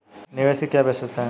निवेश की क्या विशेषता है?